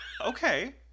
Okay